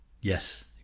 Yes